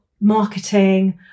marketing